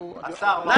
אנחנו --- השר, מה אומר?